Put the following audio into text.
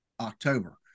October